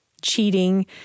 cheating